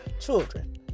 children